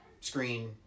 screen